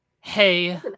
Hey